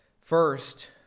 First